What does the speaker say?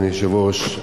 אדוני היושב-ראש,